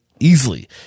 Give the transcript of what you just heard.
easily